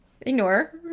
ignore